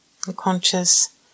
Conscious